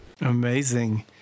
Amazing